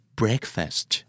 breakfast